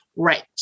Right